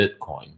Bitcoin